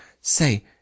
Say